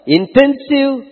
intensive